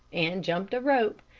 and jumped a rope,